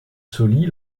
sauli